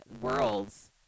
worlds